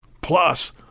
Plus